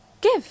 Give